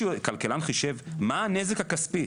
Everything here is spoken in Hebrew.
כלכלן חישב מה הנזק הכספי